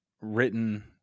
written